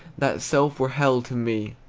that self were hell to me.